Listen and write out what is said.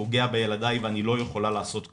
פוגע בילדיי ואני לא יכולה לעשות כלום",